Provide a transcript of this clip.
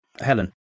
Helen